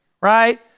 right